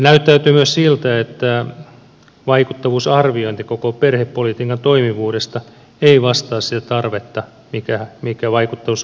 näyttää myös siltä että vaikuttavuusarviointi koko perhepolitiikan toimivuudesta ei vastaa sitä tarvetta mikä vaikuttavuusarvioinnille kuuluisi